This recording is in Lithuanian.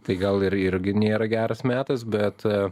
tai gal ir irgi nėra geras metas bet